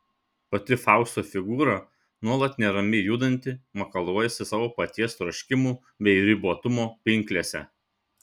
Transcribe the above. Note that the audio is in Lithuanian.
pati fausto figūra nuolat neramiai judanti makaluojasi savo paties troškimų bei ribotumo pinklėse